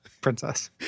princess